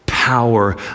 power